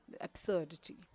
absurdity